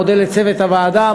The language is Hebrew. מודה לצוות הוועדה,